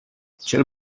چرا